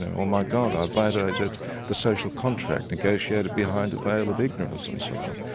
and or my god, i've violated the social contract negotiated behind a veil of ignorance' and so on.